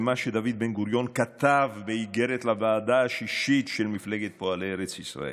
למה שדוד בן-גוריון כתב באיגרת לוועדה השישית של מפלגת פועלי ארץ ישראל,